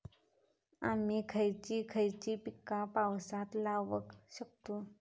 आम्ही खयची खयची पीका पावसात लावक शकतु?